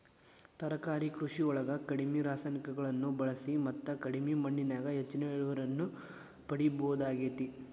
ತರಕಾರಿ ಕೃಷಿಯೊಳಗ ಕಡಿಮಿ ರಾಸಾಯನಿಕಗಳನ್ನ ಬಳಿಸಿ ಮತ್ತ ಕಡಿಮಿ ಮಣ್ಣಿನ್ಯಾಗ ಹೆಚ್ಚಿನ ಇಳುವರಿಯನ್ನ ಪಡಿಬೋದಾಗೇತಿ